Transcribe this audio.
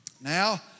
Now